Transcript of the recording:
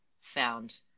found